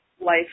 life